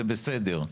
זה בסדר.